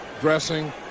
dressing